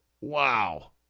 Wow